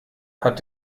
hat